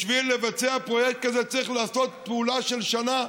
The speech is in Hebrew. בשביל לבצע פרויקט כזה צריך לעשות פעולה של שנה,